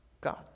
God